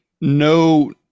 no